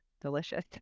delicious